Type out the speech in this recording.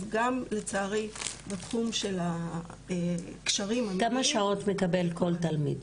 אז גם לצערי בתחום של הקשרים המיניים --- כמה שעות מקבל כל תלמיד?